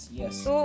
yes